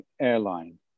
airline